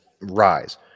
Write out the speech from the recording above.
rise